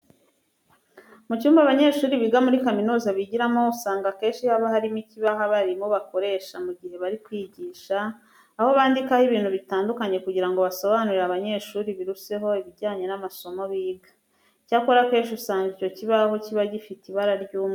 Mu cyumba abanyeshuri biga muri kaminuza bigiramo, usanga akenshi haba harimo ikibaho abarimu bakoresha mu gihe bari kwigisha, aho bandikaho ibintu bitandukanye kugira ngo basobanurire abanyeshuri biruseho ibijyanye n'amasomo biga. Icyakora akenshi usanga icyo kibaho kiba gifite ibara ry'umweru.